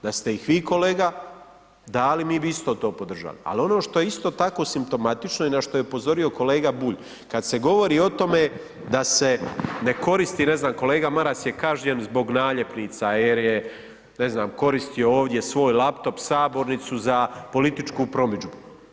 Da ste ih vi kolega dali, mi bi isto to podržali ali ono što je isto tako simptomatično i na što je upozorio kolega Bulj, kad se govori o tome da se ne koristi, ne znam, kolega Maras je kažnjen zbog naljepnica jer je ne znam, koristio ovdje svoj laptop, sabornicu za političku promidžbu.